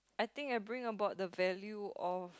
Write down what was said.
I think I bring about the value of